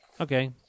okay